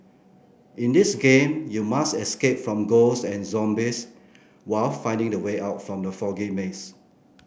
in this game you must escape from ghost and zombies while finding the way out from the foggy maze